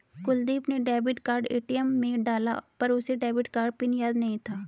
कुलदीप ने debit card ATM में डाला पर उसे डेबिट कार्ड पिन याद नहीं था